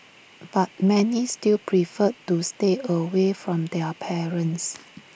but many still preferred to stay away from their parents